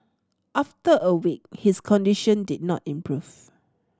after a week his condition did not improve